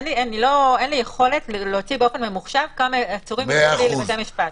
אין לי יכולת להוציא באופן ממוחשב כמה עצורים -- -בתי משפט.